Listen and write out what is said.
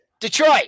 Detroit